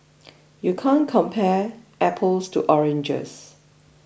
you can't compare apples to oranges